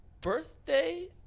birthday